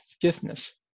forgiveness